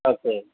okay